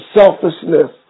selfishness